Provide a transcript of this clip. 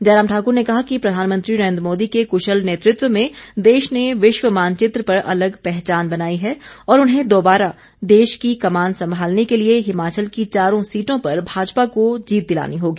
जयराम ठाकुर ने कहा कि प्रधानमंत्री नरेंद्र मोदी के क्शल नेतृत्व में देश ने विश्व मानचित्र पर अलग पहचान बनाई है और उन्हें दोबारा देश की कमान संभालने के लिए हिमाचल की चारों सीटों पर भाजपा को जीत दिलानी होगी